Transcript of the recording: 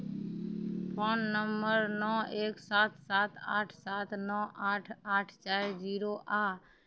phone number नओ एक सात सात आठ सात नओ आठ आठ चारि जीरो आओर